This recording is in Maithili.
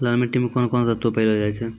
लाल मिट्टी मे कोंन कोंन तत्व पैलो जाय छै?